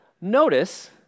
Notice